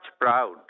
proud